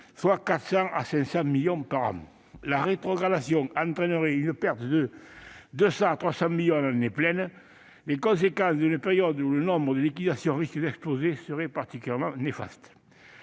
millions à 500 millions d'euros par an. La rétrogradation entraînerait une perte de 200 millions à 300 millions d'euros en année pleine. Les conséquences, dans une période où le nombre de liquidations risque d'exploser, seraient particulièrement néfastes.